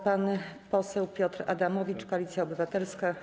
Pan poseł Piotr Adamowicz, Koalicja Obywatelska.